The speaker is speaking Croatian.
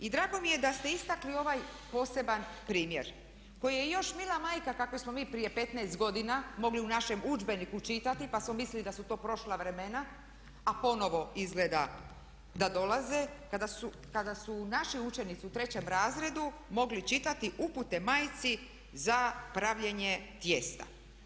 I drago mi je da ste istakli ovaj poseban primjer koji je još mila majka kakve smo mi prije 15 godina mogli u našem udžbeniku čitati pa smo mislili da su to prošla vremena a ponovo izgleda da dolaze kada su naši učenici u trećem razredu mogli čitati upute majci za pravljenje tijesta.